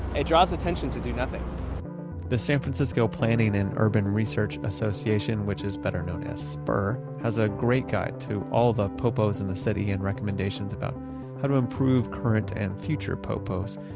it draws attention to do nothing the san francisco planning and urban research association, which has been better known as spur, has a great guide to all the popos in the city and recommendations about how to improve current and future popos.